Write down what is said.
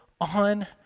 on